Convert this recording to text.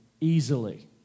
easily